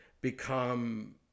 become